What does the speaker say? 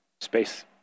space